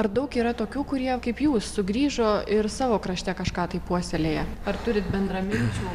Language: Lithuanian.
ar daug yra tokių kurie kaip jūs sugrįžo ir savo krašte kažką tai puoselėja ar turit bendraminčių